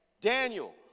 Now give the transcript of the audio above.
Daniel